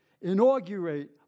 inaugurate